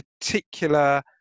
particular